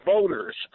voters